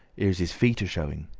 here's his feet a-showing!